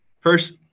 First